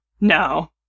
No